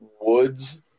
Woods